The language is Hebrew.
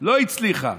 לא הצליחה,